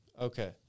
Okay